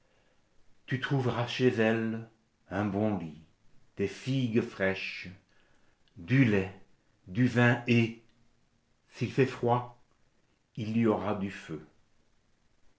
tu trouveras chez elle un bon lit des figues fraîches du lait du vin et s'il fait froid il y aura du feu